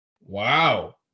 Wow